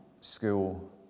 school